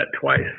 twice